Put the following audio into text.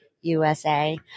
USA